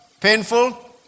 painful